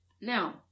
Now